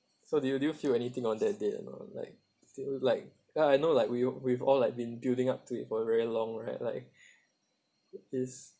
so do you do you feel anything on that day or not like do you like ya I know like we've we've all like been building up to it for very long right like it's